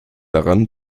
daran